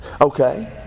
Okay